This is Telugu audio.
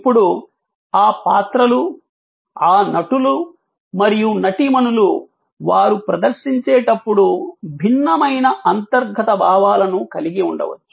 ఇప్పుడు ఆ పాత్రలు ఆ నటులు మరియు నటీమణులు వారు ప్రదర్శించేటప్పుడు భిన్నమైన అంతర్గత భావాలను కలిగి ఉండవచ్చు